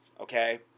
Okay